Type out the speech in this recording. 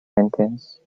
sentence